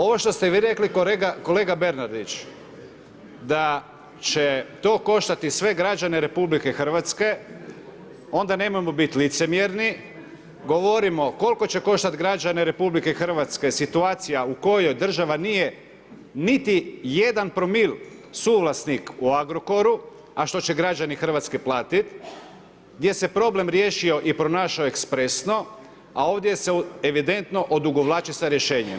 Ovo što ste vi rekli, kolega Bernardić, da će to koštati sve građane RH, onda nemojmo biti licemjerni, govorimo koliko će koštati građane RH, situacija u kojoj država nije niti jedan promil suvlasnik u Agrokoru, a što će građani Hrvatske platiti, gdje se je problem riješio i pronašao ekspresno, a ovdje se evidentno odugovlači sa rješenjem.